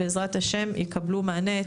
בעזרת השם, יקבלו מענה.